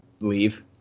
leave